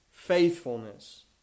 Faithfulness